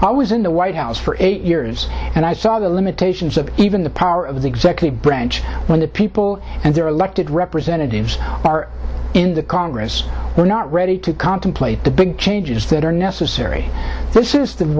always in the white house for eight years and i saw the limitations of even the power of the executive branch when the people and their elected representatives are in the congress we're not ready to contemplate the big changes that are necessary this